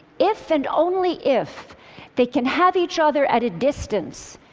if and only if they can have each other at a distance,